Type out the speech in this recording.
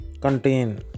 contain